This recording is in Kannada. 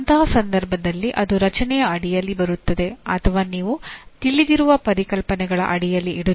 ಅಂತಹ ಸಂದರ್ಭದಲ್ಲಿ ಅದು ರಚನೆಯ ಅಡಿಯಲ್ಲಿ ಬರುತ್ತದೆ ಅಥವಾ ನೀವು ತಿಳಿದಿರುವ ಪರಿಕಲ್ಪನೆಗಳ ಅಡಿಯಲ್ಲಿ ಇಡುತ್ತೀರಿ